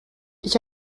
ich